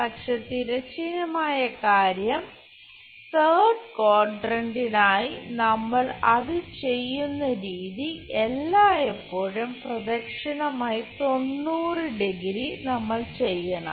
പക്ഷേ തിരശ്ചീനമായ കാര്യം തേർഡ് ക്വാഡ്രന്റിനായി നമ്മൾ അത് ചെയ്യുന്ന രീതി എല്ലായ്പ്പോഴും പ്രദക്ഷിണമായി 90 ഡിഗ്രി 90° നമ്മൾ ചെയ്യണം